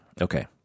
Okay